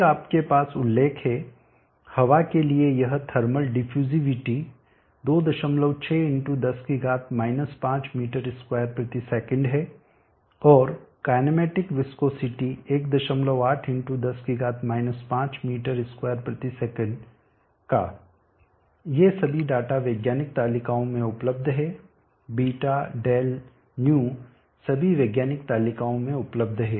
फिर आपके पास उल्लेख है हवा के लिए थर्मल डिफ्यूजिविटी 26 x 10-5 m2s है और काईनैमेटिक विस्कोसिटी 18 x10-5 m2s का ये सभी डेटा वैज्ञानिक तालिकाओं में उपलब्ध हैं β δ ϑ सभी वैज्ञानिक तालिकाओं में उपलब्ध हैं